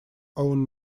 own